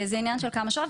זה עניין של כמה שעות,